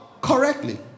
correctly